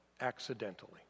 accidentally